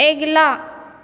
अगिला